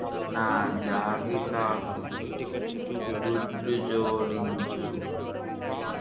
నా జాబితాకు గుడ్లు జోడించు